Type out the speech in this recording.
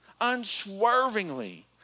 unswervingly